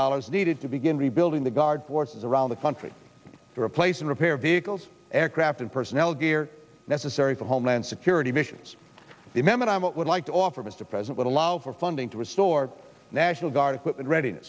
dollars needed to begin rebuilding the guard forces around the country to replace and repair vehicles aircraft and personnel gear necessary for homeland security missions remembered i would like to offer mr president would allow for funding to restore national guard equipment read